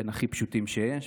בין הכי פשוטים שיש.